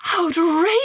Outrageous